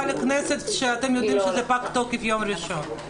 לכנסת כשאתם יודעים שזה פג תוקף ביום ראשון?